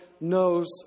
knows